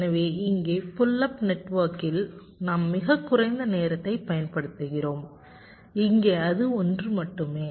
எனவே இங்கே pull up நெட்வொர்க்கில் நாம் மிகக் குறைந்த நேரத்தைப் பயன்படுத்துகிறோம் இங்கே அது ஒன்று மட்டுமே